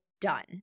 done